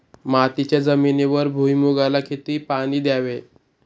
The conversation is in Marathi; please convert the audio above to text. मातीच्या जमिनीवर भुईमूगाला किती पाणी द्यावे?